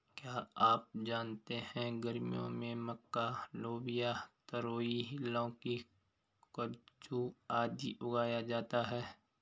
क्या आप जानते है गर्मियों में मक्का, लोबिया, तरोई, लौकी, कद्दू, आदि उगाया जाता है?